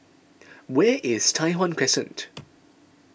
where is Tai Hwan Crescent